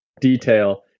detail